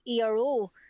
ERO